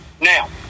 now